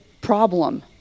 problem